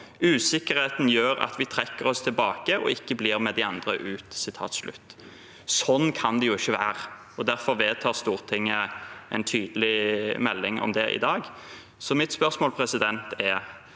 Usikkerheten gjør at vi trekker oss tilbake og ikke blir med de andre ut.» Sånn kan det jo ikke være. Derfor vedtar Stortinget en tydelig melding om det i dag. Mitt spørsmål er: Er